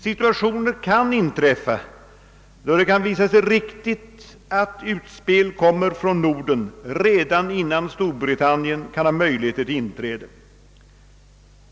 Situationer kan uppkomma då det kan visa sig riktigt att utspel kommer från Norden redan innan Storbritannien kan ha möjligheter till inträde.